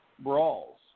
brawls